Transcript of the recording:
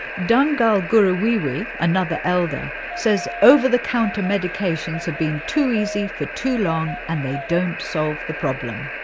dhangal gurruwiwi another elder says over the counter medications have been too easy for too long and they don't solve the problem.